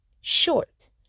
short